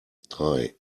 drei